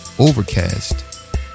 Overcast